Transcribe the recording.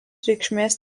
reikšmės